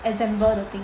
assemble 的 thing